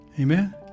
Amen